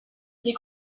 les